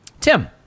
Tim